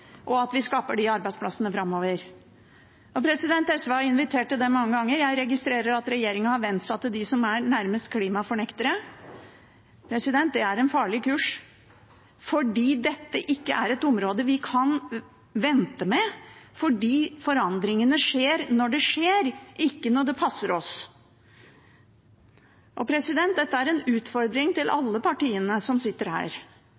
skaper de arbeidsplassene framover. SV har invitert til det mange ganger. Jeg registrerer at regjeringen har vent seg til dem som er nærmest klimafornektere. Det er en farlig kurs fordi dette ikke er et område vi kan vente med, for forandringene skjer når de skjer, ikke når det passer oss. Dette er en utfordring til alle partiene som sitter her.